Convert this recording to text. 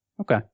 Okay